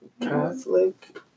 Catholic